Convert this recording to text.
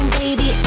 baby